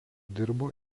dirbo